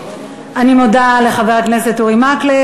אני מודה לחבר הכנסת אורי מקלב.